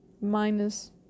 minus